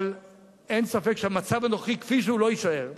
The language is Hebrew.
אבל אין ספק שהמצב הנוכחי כפי שהוא לא יישאר.